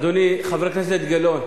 אדוני חבר הכנסת גילאון,